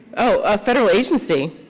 oh, ah federal agency.